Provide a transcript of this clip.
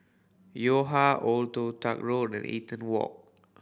Yo Ha Old Toh Tuck Road and Eaton Walk